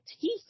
teeth